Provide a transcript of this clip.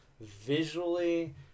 visually